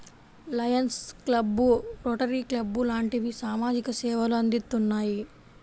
Lions club, rotary club లాంటివి సామాజిక సేవలు అందిత్తున్నాయి